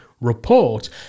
report